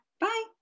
Bye